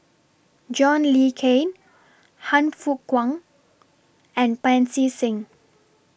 John Le Cain Han Fook Kwang and Pancy Seng